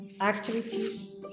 activities